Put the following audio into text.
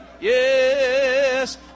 Yes